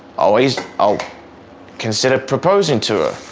always. i'll consider proposing to her.